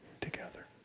together